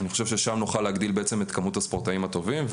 אני חושב ששם נוכל להגדיל בעצם את כמות הספורטאים הטובים.